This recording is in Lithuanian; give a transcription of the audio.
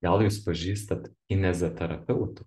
gal jūs pažįstat kineziterapeutų